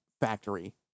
factory